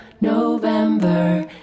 November